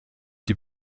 die